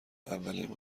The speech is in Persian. اولین